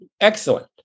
excellent